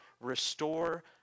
restore